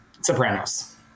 sopranos